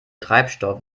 treibstoff